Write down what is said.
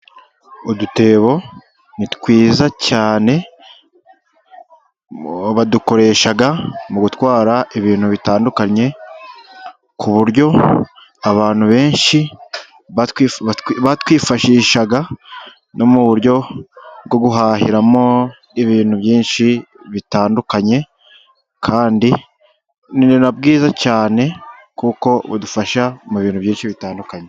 Udutebo ni twiza cyane, badukoresha mu gutwara ibintu bitandukanye, ku buryo abantu benshi batwifashishaga, no mu buryo bwo guhahiramo ibintu byinshi bitandukanye, kandi ni na bwiza cyane kuko budufasha mu bintu byinshi bitandukanye.